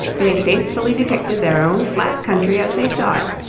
they faithfully depicted their own flat country as they saw it,